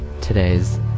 today's